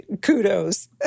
kudos